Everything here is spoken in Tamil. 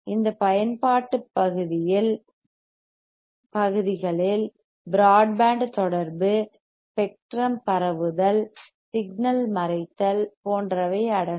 இந்த பயன்பாட்டுப் பகுதிகளில் பிராட்பேண்ட் தொடர்பு ஸ்பெக்ட்ரம் பரவுதல் சிக்னல் மறைத்தல் போன்றவை அடங்கும்